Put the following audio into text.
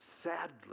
sadly